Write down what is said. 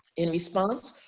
in response,